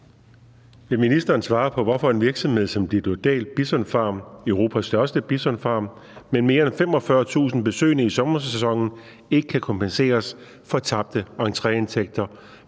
Vil ministeren svare på, hvorfor en virksomhed som Ditlevsdal Bison Farm (Europas største bisonfarm) med mere end 45.000 besøgende i sommersæsonen ikke kan kompenseres for tabte entreindtægter,